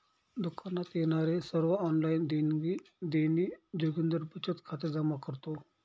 दुकानात येणारे सर्व ऑनलाइन देणी जोगिंदर बचत खात्यात जमा करतो